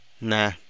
nah